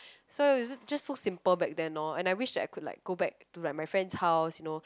so is it just so simple back then loh and I wish like I could go back to like my friend house you know